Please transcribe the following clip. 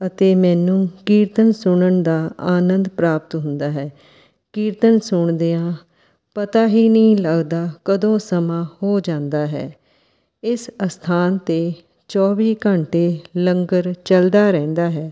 ਅਤੇ ਮੈਨੂੰ ਕੀਰਤਨ ਸੁਣਨ ਦਾ ਆਨੰਦ ਪ੍ਰਾਪਤ ਹੁੰਦਾ ਹੈ ਕੀਰਤਨ ਸੁਣਦਿਆਂ ਪਤਾ ਹੀ ਨਹੀਂ ਲੱਗਦਾ ਕਦੋਂ ਸਮਾਂ ਹੋ ਜਾਂਦਾ ਹੈ ਇਸ ਅਸਥਾਨ 'ਤੇ ਚੌਵੀ ਘੰਟੇ ਲੰਗਰ ਚੱਲਦਾ ਰਹਿੰਦਾ ਹੈ